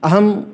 अहम्